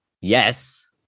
Yes